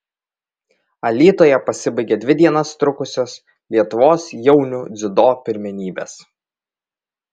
alytuje pasibaigė dvi dienas trukusios lietuvos jaunių dziudo pirmenybės